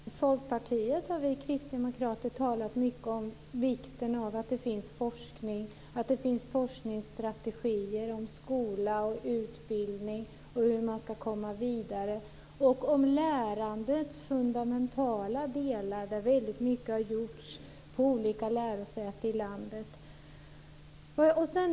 Fru talman! Tillsammans med Folkpartiet har vi kristdemokrater talat mycket om vikten av forskning och forskningsstrategier om skola och utbildning, hur man ska komma vidare, och om lärandets fundamentala delar, där väldigt mycket har gjorts på olika lärosäten i landet.